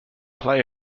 play